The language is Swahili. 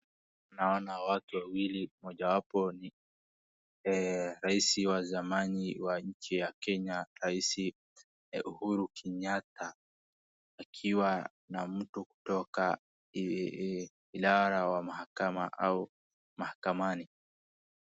Naona watu wawili mmojawapo ni rasi wa zamani wa nchi ya kenya rais Uhuru Kenyatta akiwa na mtu kutoka kinara wa mahakama au mahakamani.